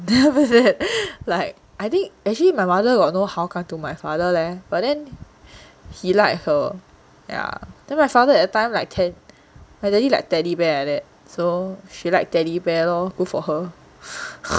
then after that like I think actually my mother got no 好感 to my father leh but then he like her ya then my father everytime like ted my daddy like teddy bear like that so she like teddy bear lor good for her